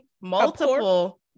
multiple